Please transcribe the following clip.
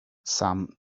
some